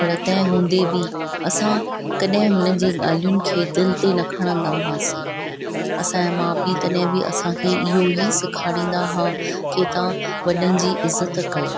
पर तंहिं हूंदे बि असां कॾहिं उन्हनि जे ॻाल्हियुनि खे दिलि ते खणंदा हुआसीं असांजा माउ पीउ तॾहिं बि असांखे इहो ई सेखारींदा हुआ की तव्हां वॾनि जी इज़त कयो